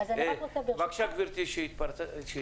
לא,